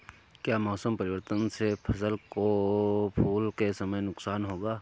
क्या मौसम परिवर्तन से फसल को फूल के समय नुकसान होगा?